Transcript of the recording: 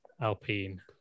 Alpine